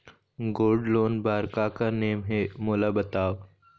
Gold loan बार का का नेम हे, मोला बताव?